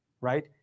right